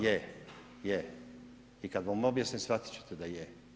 Je, je i kada vam objasnim shvatit ćete da je.